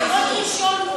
הוא רוצה להיות ראשון.